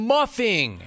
Muffing